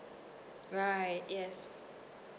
right yes